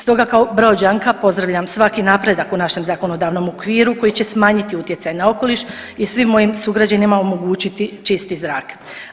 Stoga kao Brođanka pozdravljam svaki napredak u našem zakonodavnom okviru koji će smanjiti utjecaj na okoliš i svim mojim sugrađanima omogućiti čisti zrak.